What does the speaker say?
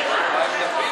עליך.